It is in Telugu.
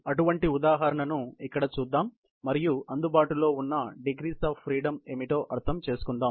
అటువంటి ఉదాహరణను ఇక్కడ చూద్దాం మరియు అందుబాటులో ఉన్న డిగ్రీస్ ఆఫ్ ఫ్రీడమ్ ఏమిటో అర్థం చేసుకొందాం